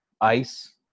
Ice